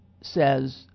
says